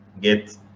get